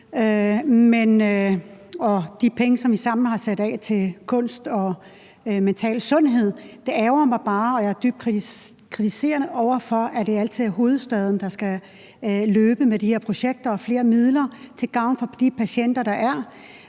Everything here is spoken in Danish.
de penge, som vi sammen har sat af til kunst og mental sundhed. Det ærgrer mig bare, og jeg synes, det er dybt kritisabelt, at det altid er hovedstaden, der skal løbe med de her projekter og flere midler til gavn for de patienter, der er.